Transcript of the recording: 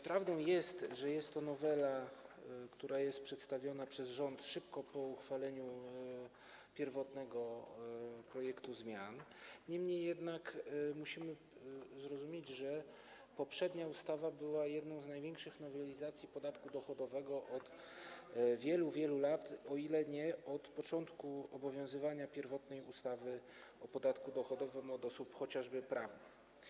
Prawdą jest, że to jest nowela, która jest przedstawiona przez rząd w krótkim czasie po uchwaleniu pierwotnego projektu zmian, niemniej jednak musimy zrozumieć, że poprzednia ustawa była jedną z największych nowelizacji podatku dochodowego od wielu, wielu lat, o ile nie od początku obowiązywania pierwotnej ustawy o podatku dochodowym od osób chociażby prawnych.